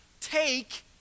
take